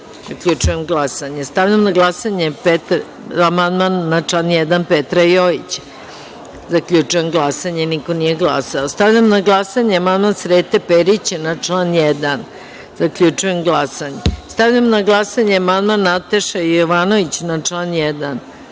1.Zaključujem glasanje. Stavljam na glasanje amandman Petra Jojića na član 1.Zaključujem glasanje: niko nije glasao. Stavljam na glasanje amandman Srete Perića na član 1.Zaključujem glasanje. Stavljam na glasanje amandman Nataše Sp. Jovanović na član